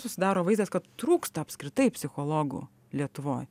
susidaro vaizdas kad trūksta apskritai psichologų lietuvoj